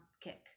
kick